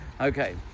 Okay